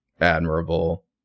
Admirable